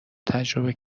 تجربه